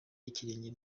ikirenge